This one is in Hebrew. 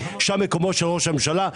שם מקומו של ראש הממשלה,